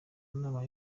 nama